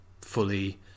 fully